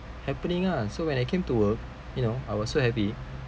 happening ah so when I came to work you know I was so happy